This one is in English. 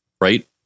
right